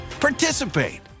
participate